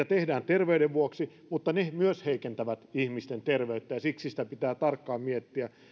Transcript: tehdään terveyden vuoksi ne myös heikentävät ihmisten terveyttä ja siksi niitä pitää tarkkaan miettiä